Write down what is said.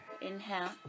inhale